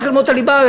צריך ללמוד את הליבה,